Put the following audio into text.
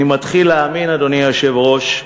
אני מתחיל להאמין, אדוני היושב-ראש,